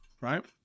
right